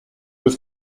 was